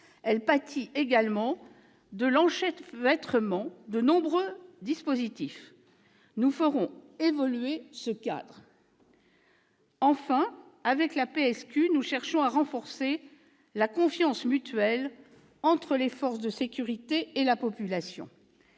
Elle pâtit également de l'enchevêtrement de nombreux dispositifs. Nous ferons évoluer ce cadre. Enfin, avec la police de sécurité du quotidien, la PSQ, nous cherchons à renforcer la confiance mutuelle entre les forces de sécurité et la population.